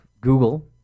Google